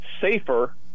safer